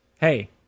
hey